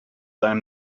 seinem